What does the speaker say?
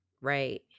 right